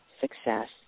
Success